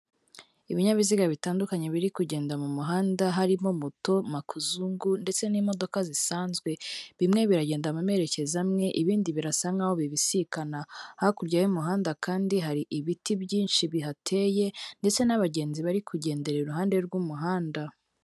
Ibinyabiziga bitandukanye biri kugenda mu muhanda harimo moto, makuzungu, ndetse n'imodoka zisanzwe bimwe biragenda mu merekezo amwe, ibindi birasa nkaho bibisikana hakurya y'umuhanda kandi hari ibiti byinshi bihateye ndetse n'abagenzi bari kugendera iruhande rw'umuhanda.